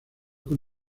con